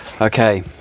okay